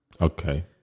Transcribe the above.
Okay